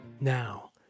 Now